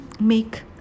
make